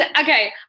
okay